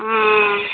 हॅं